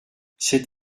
c’est